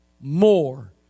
more